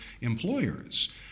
employers